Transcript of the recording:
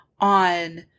on